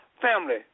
family